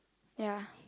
ya